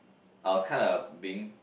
I was kind of being